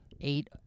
Eight